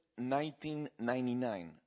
1999